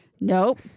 Nope